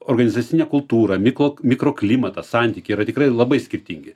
organizacinė kultūra miko mikroklimatas santykiai yra tikrai labai skirtingi